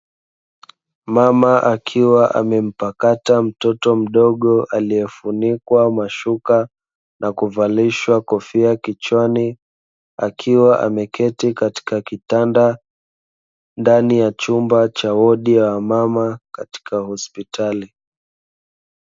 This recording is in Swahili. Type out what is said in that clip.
Mama akiwa amempakata mtoto mdogo aliyefunikwa mashuka na kuvalishwa kofia kichwani, akiwa ameketi katika kitanda ndani ya chumba cha wodi ya wamama katika hospitali.